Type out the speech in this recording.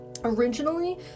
originally